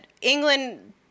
England